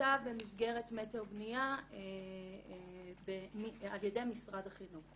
מתוקצב במסגרת מטר בניה על ידי משרד החינוך.